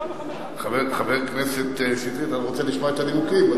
חבר הכנסת שטרית, אתה רוצה לשמוע את הנימוקים?